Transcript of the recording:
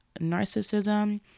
narcissism